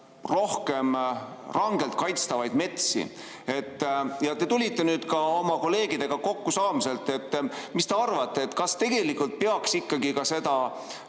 rohkem rangelt kaitstavaid metsi. Te tulite oma kolleegidega kokkusaamiselt. Mis te arvate, kas tegelikult peaks ikkagi metsade